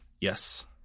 Yes